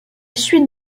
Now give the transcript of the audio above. suite